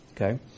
okay